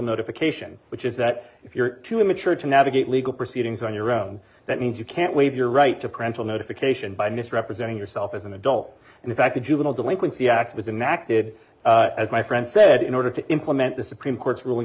notification which is that if you're too immature to navigate legal proceedings on your own that means you can't waive your right to criminal notification by misrepresenting yourself as an adult and in fact the juvenile delinquency act was enacted as my friend said in order to implement the supreme court's ruling